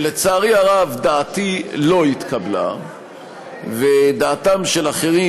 שלצערי הרב דעתי לא התקבלה ודעתם של אחרים,